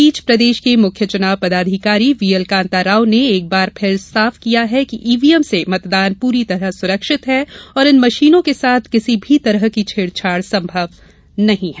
इस बीच प्रदेश के मुख्य चुनाव पदाधिकारी वी एल कान्ताराव ने एक बार फिर स्पष्ट किया है कि ईवीएम से मतदान पूरी तरह सुरक्षित है और इन मशीनों के साथ किसी भी तरह की छेड़छाड़ संभव नहीं है